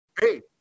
Hey